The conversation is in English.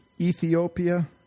Ethiopia